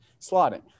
slotting